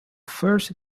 first